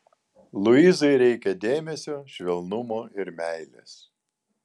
luizai reikia dėmesio švelnumo ir meilės